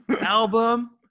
album